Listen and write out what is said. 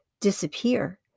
disappear